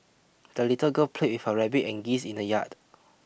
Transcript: the little girl played with her rabbit and geese in the yard